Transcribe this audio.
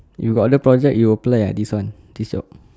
you got other project you apply ah this one this job